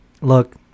look